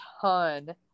ton